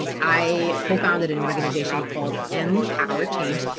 um i co-founded an organization called empower change.